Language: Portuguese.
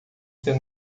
ser